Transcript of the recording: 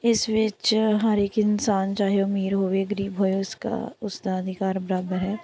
ਇਸ ਵਿੱਚ ਹਰ ਇੱਕ ਇਨਸਾਨ ਚਾਹੇ ਅਮੀਰ ਹੋਵੇ ਗਰੀਬ ਹੋਵੇ ਉਸਕਾ ਉਸ ਦਾ ਅਧਿਕਾਰ ਬਰਾਬਰ ਹੈ